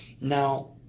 Now